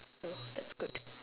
oh that's good